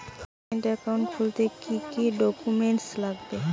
Joint account খুলতে কি কি ডকুমেন্টস লাগবে?